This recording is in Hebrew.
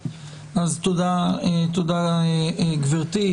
תודה, גברתי.